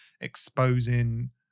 exposing